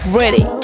ready